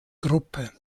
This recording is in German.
gruppe